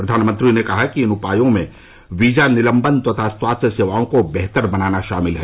प्रधानमंत्री ने कहा कि इन उपायों में वीजा निलंबन तथा स्वास्थ्य सेवाओं को बेहतर बनाना शामिल है